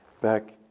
back